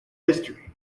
history